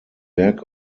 werk